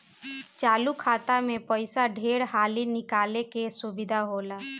चालु खाता मे पइसा ढेर हाली निकाले के सुविधा होला